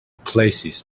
places